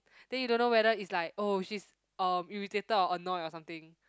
then you don't know whether is like oh she's uh irritated or annoyed or something